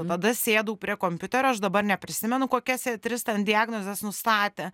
tada sėdau prie kompiuterio aš dabar neprisimenu kokias jie tris ten diagnozes nustatė